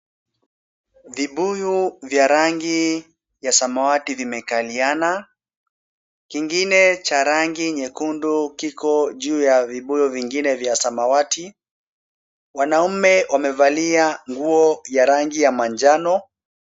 Vibuyu vya rangi ya samawati vimekaliana. Kingine cha rangi nyekundu kiko juu ya vibuyu vingine vya samawati. Wanaume wamevalia nguo ya rangi ya manjano.